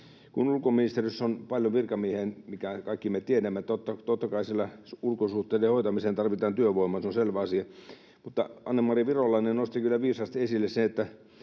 että ulkoministeriössä on paljon virkamiehiä, minkä kaikki me tiedämme — totta kai siellä ulkosuhteiden hoitamiseen tarvitaan työvoimaa, se on selvä asia — mutta Anne-Mari Virolainen nosti kyllä viisaasti esille sen, että